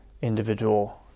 individual